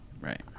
right